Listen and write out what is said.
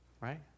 right